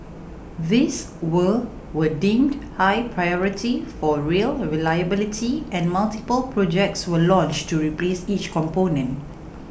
these were were deemed high priority for rail reliability and multiple projects were launched to replace each component